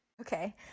Okay